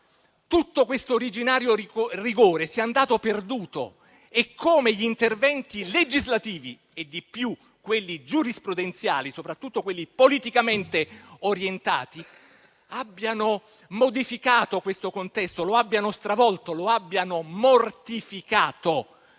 tutto questo originario rigore sia andato perduto e come gli interventi legislativi, e di più quelli giurisprudenziali, soprattutto quelli politicamente orientati, abbiano modificato questo contesto, lo abbiano stravolto, lo abbiano mortificato.